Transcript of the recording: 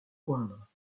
poindre